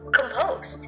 composed